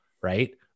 right